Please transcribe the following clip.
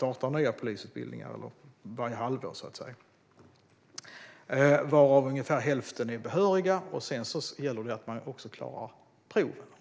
startar varje halvår, varav hälften är behöriga. Sedan gäller det att klara av proven.